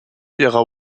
ihrer